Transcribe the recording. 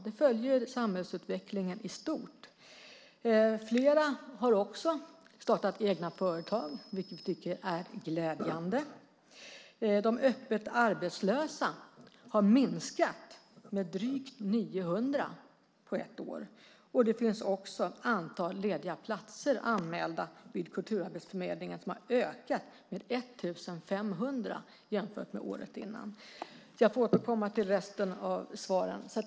Det följer samhällsutvecklingen i stort. Flera har också startat egna företag, vilket vi tycker är glädjande. De öppet arbetslösa har minskat med drygt 900 på ett år. Det finns också ett antal lediga platser anmälda vid kulturarbetsförmedlingen. De har ökat med 1 500 jämfört med året innan. Jag får återkomma till resten av svaren.